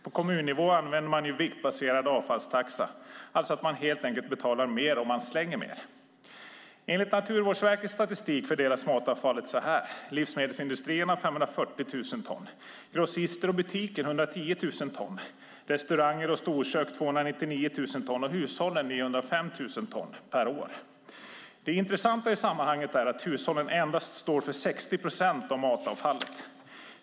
På kommunnivå använder man ju viktbaserad avfallstaxa, alltså att man helt enkelt betalar mer om man slänger mer. Enligt Naturvårdsverkets statistik fördelas matavfallet per år så här: livsmedelindustrierna 540 000 ton, grossister och butiker 110 000 ton, restauranger och storkök 299 000 ton och hushållen 905 000 ton. Det intressanta i sammanhanget är att hushållen står för endast 60 procent av matavfallet.